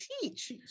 teach